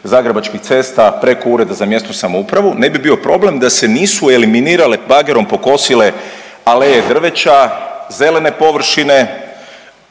Zagrebačkih cesta, preko Ureda za mjesnu samoupravu, ne bi bio problem da se nisu eliminirale, bagerom pokosile aleje drveća, zelene površine,